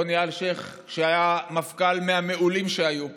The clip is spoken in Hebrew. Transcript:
רוני אלשיך, שהיה מפכ"ל מהמעולים שהיו פה.